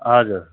हजुर